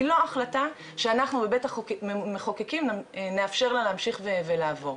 היא לא החלטה שאנחנו בבית המחוקקים נאפשר לה להמשיך ולעבור.